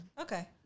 okay